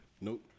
nope